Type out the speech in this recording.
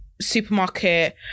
supermarket